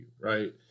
right